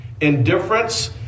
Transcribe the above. indifference